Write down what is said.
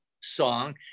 song